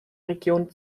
region